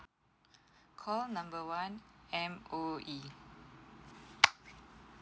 call number one M_O_E